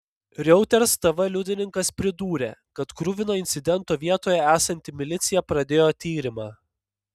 reuters tv liudininkas pridūrė kad kruvino incidento vietoje esanti milicija pradėjo tyrimą